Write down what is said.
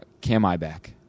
Cam-I-back